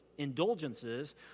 indulgences